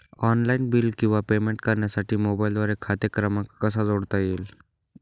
Online bill किंवा payment करण्यासाठी मोबाईलद्वारे खाते क्रमांक कसा जोडता येईल?